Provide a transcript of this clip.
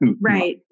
Right